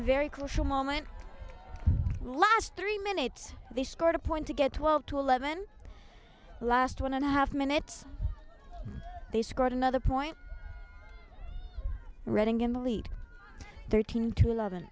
very crucial moment last three minutes they scored a point to get twelve to eleven last one and a half minutes they scored another point reading in the lead thirteen to eleven